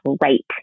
right